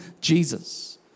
Jesus